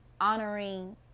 honoring